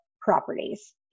properties